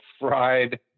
fried